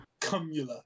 Cumula